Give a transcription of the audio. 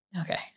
Okay